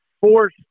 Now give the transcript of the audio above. force